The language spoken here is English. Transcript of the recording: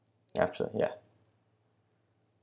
yup so ya